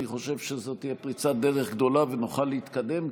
אני חושב שזאת תהיה פריצת דרך גדולה ונוכל להתקדם,